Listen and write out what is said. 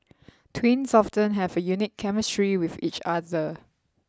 twins often have a unique chemistry with each other